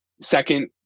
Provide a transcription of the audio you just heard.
second